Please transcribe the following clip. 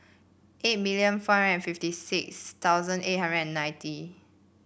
eight million four hundred fifty six thousand eight hundred and ninety